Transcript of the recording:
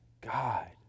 God